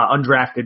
undrafted